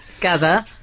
gather